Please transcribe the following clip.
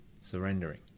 surrendering